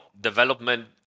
development